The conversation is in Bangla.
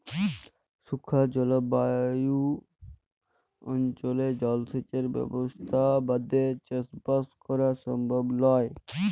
শুখা জলভায়ু অনচলে জলসেঁচের ব্যবসথা বাদে চাসবাস করা সমভব লয়